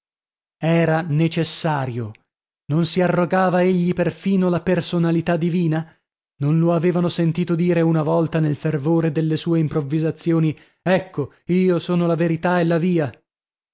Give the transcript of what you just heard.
era necessario non si arrogava egli perfino la personalità divina non lo avevano sentito dire una volta nel fervore delle sue improvvisazioni ecco io sono la verità e la via